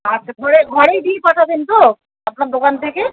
আচ্ছা ঘরে ঘরেই দিয়ে পাঠাবেন তো আপনার দোকান থেকে